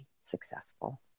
successful